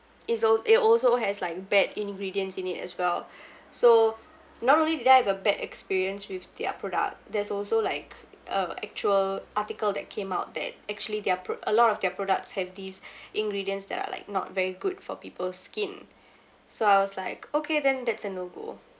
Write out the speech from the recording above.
is al~ it also has like bad ingredients in it as well so not only did I have a bad experience with their product there's also like a actual article that came out that actually their pro~ a lot of their products have these ingredients that are like not very good for people's skin so I was like okay then that's a no go